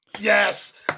Yes